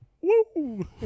woo